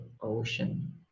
ocean